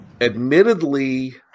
admittedly